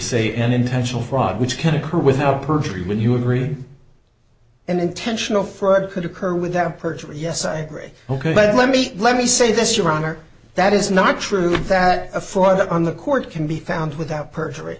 say an intentional fraud which can occur without perjury when you agree and intentional fraud could occur with that perjury yes i agree ok but let me let me say this your honor that is not true that a four that on the court can be found without perjury